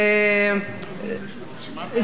זו הצבעה בלבד,